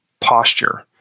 posture